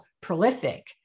prolific